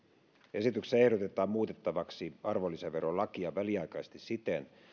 esityksessä ehdotetaan muutettavaksi arvonlisäverolakia väliaikaisesti siten